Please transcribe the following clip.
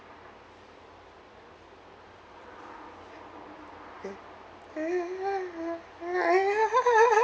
ya ya ya